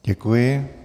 Děkuji.